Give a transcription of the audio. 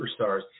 superstars